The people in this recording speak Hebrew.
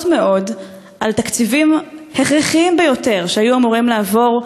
מאוד על תקציבים הכרחיים ביותר שהיו אמורים לעבור,